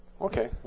Okay